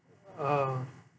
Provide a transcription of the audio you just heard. ah